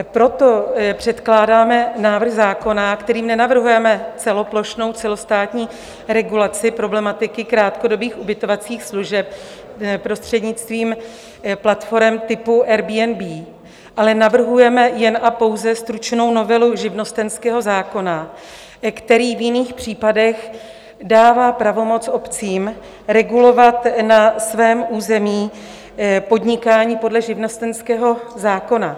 Proto předkládáme návrh zákona, kterým nenavrhujeme celoplošnou, celostátní regulaci problematiky krátkodobých ubytovacích služeb prostřednictvím platforem typu Airbnb, ale navrhujeme jen a pouze stručnou novelu živnostenského zákona, který v jiných případech dává pravomoc obcím regulovat na svém území podnikání podle živnostenského zákona.